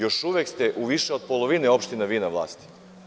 Još uvek ste u više od polovine opština vi na vlasti.